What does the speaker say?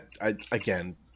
again